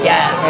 Yes